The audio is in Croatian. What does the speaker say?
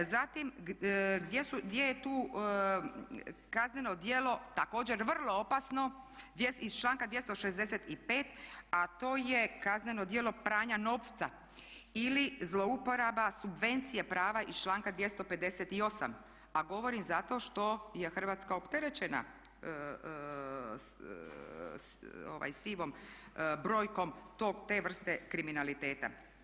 Zatim gdje je tu kazneno djelo, također vrlo opasno iz članka 265. a to je kazneno djelo pranja novca ili zlouporaba subvencije prava iz članka 258. a govorim zato što je Hrvatska opterećena sivom brojkom te vrste kriminaliteta.